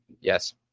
Yes